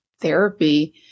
therapy